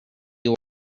you